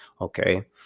okay